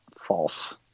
false